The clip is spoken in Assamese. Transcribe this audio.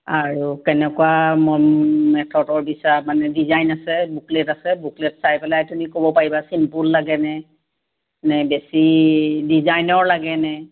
আৰু কেনেকুৱা মেথডৰ বিচৰা ডিজাইন বুকলেট আছে বুকলেট চাই তুমি ক'ব পাৰিবা চিম্পুল লাগে নে নে বেছি ডিজাইনৰ লাগেনে